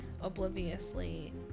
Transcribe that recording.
obliviously